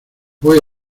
voy